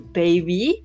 baby